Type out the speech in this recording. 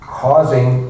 causing